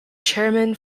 chairman